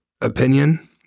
opinion